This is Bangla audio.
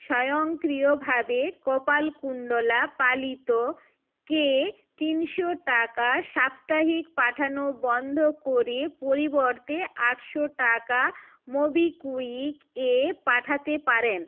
স্বয়ংক্রিয়ভাবে কপালকুণ্ডলা পালিতকে তিনশো টাকা সাপ্তাহিক পাঠানো বন্ধ করে পরিবর্তে আটশো টাকা মোবিকুইক এ পাঠাতে পারেন